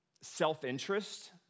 self-interest